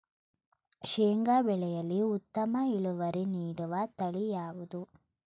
ಶೇಂಗಾ ಬೆಳೆಯಲ್ಲಿ ಉತ್ತಮ ಇಳುವರಿ ನೀಡುವ ತಳಿ ಯಾವುದು?